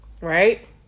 Right